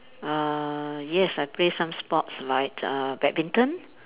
uh yes I play some sports like uh badminton